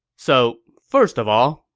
so first of all,